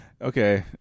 Okay